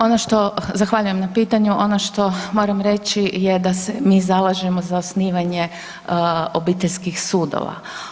Ono što, zahvaljujem na pitanju, ono što moram reći je da se mi zalažemo za osnivanje obiteljskih sudova.